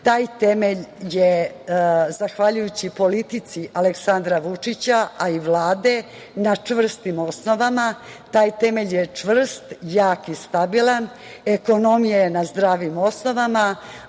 Taj temelj je zahvaljujući politici Aleksandra Vučića, a i Vlade, na čvrstim osnovama. Taj temelj je čvrst, jak i stabilan. Ekonomija je na zdravim osnovama,